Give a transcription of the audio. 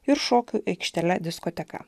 ir šokių aikštele diskoteka